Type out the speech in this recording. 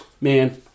man